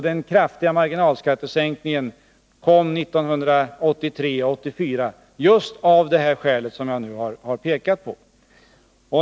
Den kraftiga marginalskattesänkningen kom 1983 och 1984 just av det skäl som jag nu har pekat på.